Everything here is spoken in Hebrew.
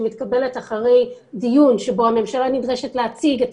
שמתקבלת אחרי דיון שבו הממשלה נדרשת להציג את